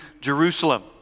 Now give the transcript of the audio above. Jerusalem